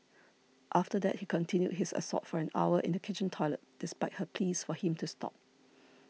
after that he continued his assault for an hour in the kitchen toilet despite her pleas for him to stop